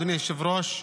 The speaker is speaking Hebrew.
אדוני היושב-ראש,